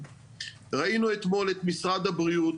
אני מתכבדת לפתוח את ישיבת ועדת הבריאות.